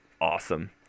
awesome